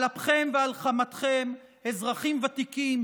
על אפכם ועל חמתכם אזרחים ותיקים,